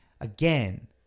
Again